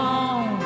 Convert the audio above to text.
on